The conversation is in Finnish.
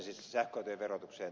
ensin sähköautojen verotukseen